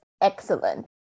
excellent